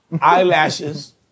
Eyelashes